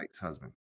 husband